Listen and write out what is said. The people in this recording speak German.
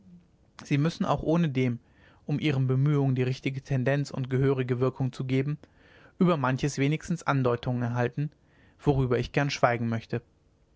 sie müssen auch ohnedem um ihren bemühungen die richtige tendenz und gehörige wirkung zu geben über manches wenigstens andeutungen erhalten worüber ich gern schweigen möchte